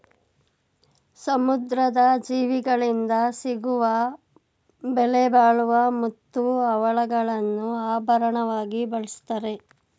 ಸಮುದ್ರದ ಜೀವಿಗಳಿಂದ ಸಿಗುವ ಬೆಲೆಬಾಳುವ ಮುತ್ತು, ಹವಳಗಳನ್ನು ಆಭರಣವಾಗಿ ಬಳ್ಸತ್ತರೆ